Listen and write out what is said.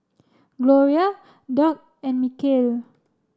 Gloria Dock and Michale